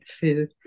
food